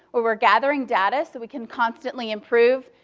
where we're gathering data so we can constantly improve.